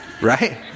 Right